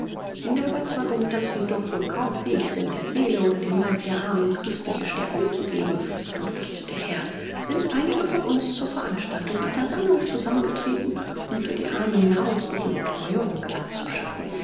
in der ueberzeugung daß sie doch wohl kaum fähig sind der seele oder dem leib der armen christliche stärkung zu geben antwortete der herr sind einige von uns zur veranstaltung einer sammlung zusammengetreten um für die armen nahrungsmittel und feuerung anzuschaffen